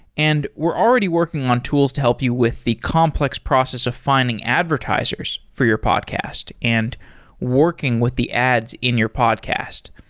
and we're already working on tools to help you with the complex process of finding advertisers for your podcast and working with the ads in your podcast.